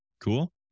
cool